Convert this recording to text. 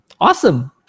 Awesome